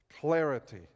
clarity